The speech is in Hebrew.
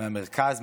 מהמרכז,